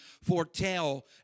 foretell